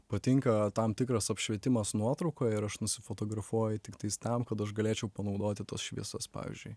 patinka tam tikras apšvietimas nuotraukoj ir aš nusifotografuoju tiktais tam kad aš galėčiau panaudoti tas šviesas pavyzdžiui